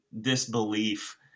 disbelief